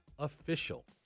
official